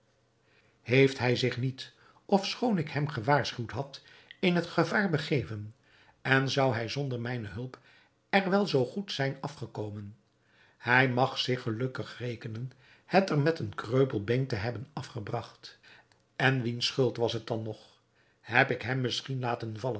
heeft hij zich niet ofschoon ik hem gewaarschuwd had in het gevaar begeven en zou hij zonder mijne hulp er wel zoo goed zijn afgekomen hij mag zich gelukkig rekenen het er met een kreupel been te hebben afgebragt en wiens schuld was het dan nog heb ik hem misschien laten vallen